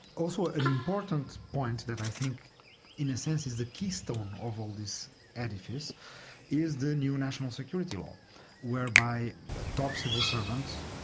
also ah an important point that i think in a sense is the keystone of all of this edifice is the new national security law whereby a top civil servant,